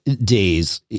days